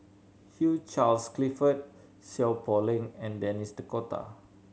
Hugh Charles Clifford Seow Poh Leng and Denis D'Cotta